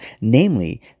Namely